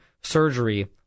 surgery